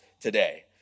today